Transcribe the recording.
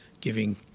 giving